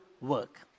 work